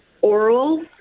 oral